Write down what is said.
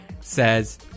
says